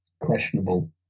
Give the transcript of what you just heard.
Questionable